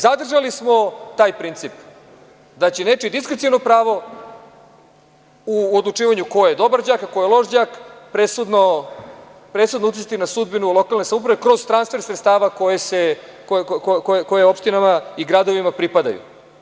Zadržali smo taj princip da će nečije diskreciono pravo u odlučivanju ko je dobar đak a ko je loš đak presudno uticati na sudbinu lokalne samouprave kroz transfer sredstava koja opštinama i gradovima pripadaju.